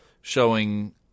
showing